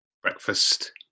breakfast